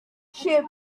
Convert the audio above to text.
sheep